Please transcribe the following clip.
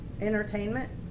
entertainment